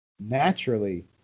Naturally